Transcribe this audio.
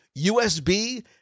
USB